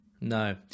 No